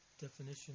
definition